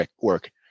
work